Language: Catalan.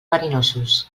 verinosos